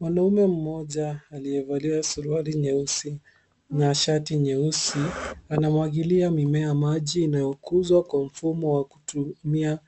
Mwanaume mmoja alievalia suruali nyeusi na shati nyeusi. Anamwangalia mimea maji inayokuzwa kwa mfumo wa kutumia